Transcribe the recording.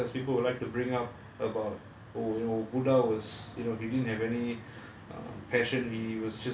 and you know sometimes when you talk about that kind of success people would like to bring up about oh you know buddha was you know he didn't have any